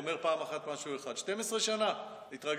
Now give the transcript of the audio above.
הוא אומר פעם אחת משהו אחד, 12 שנה התרגלנו.